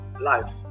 life